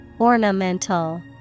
Ornamental